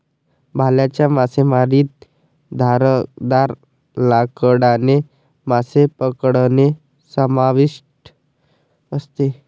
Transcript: भाल्याच्या मासेमारीत धारदार लाकडाने मासे पकडणे समाविष्ट असते